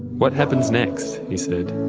what happens next, he said,